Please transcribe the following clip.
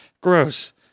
Gross